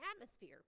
atmosphere